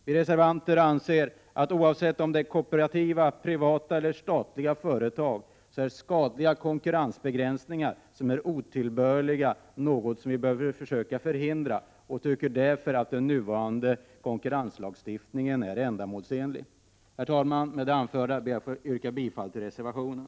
Vi reservanter anser att oavsett om det gäller kooperativa, privata eller statliga företag så är skadliga konkurrensbegränsningar som är otillbörliga något som vi bör försöka förhindra. Vi tycker därför att den nuvarande konkurrenslagstiftningen är ändamålsenlig. Herr talman! Med det anförda ber jag att få yrka bifall till reservationen.